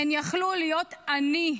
הן יכלו להיות אני.